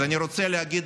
אז אני רוצה להגיד